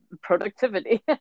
productivity